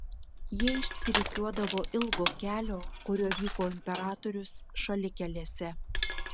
jie išsirikiuodavo ilgo kelio kuriuo vyko imperatorius šalikelėse